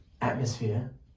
atmosphere